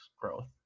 growth